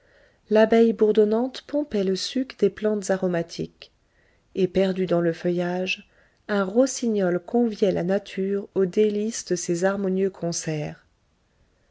l'abeille bourdonnante pompait le suc des plantes aromatiques et perdu dans le feuillage un rossignol conviait la nature aux délices de ses harmonieux concerts